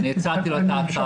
אני הצעתי לו את ההצעה.